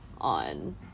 on